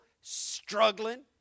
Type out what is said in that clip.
struggling